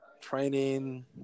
training